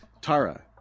Tara